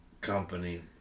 company